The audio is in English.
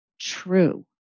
true